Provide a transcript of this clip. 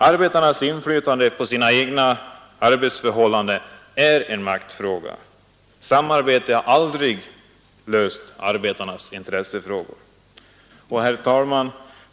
Arbetarnas inflytande på sina egna arbetsförhållanden är en maktfråga; samarbete har aldrig löst arbetarnas intressefrågor. Herr talman!